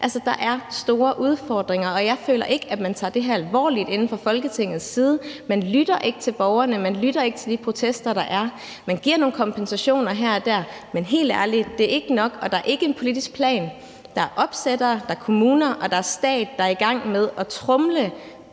Der er store udfordringer. Jeg føler ikke, man tager det her alvorligt inde fra Folketingets side. Man lytter ikke til borgerne, man lytter ikke til de protester, der er. Man giver nogle kompensationer her og der, men helt ærligt: Det er ikke nok, og der er ikke en politisk plan. Der er opsættere, der er kommuner, og der er en stat, der er i gang med at tromle